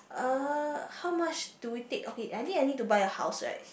uh how much do we take okay I need I need to buy a house right